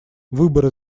выборы